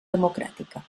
democràtica